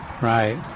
Right